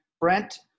Brent